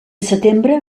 setembre